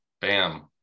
bam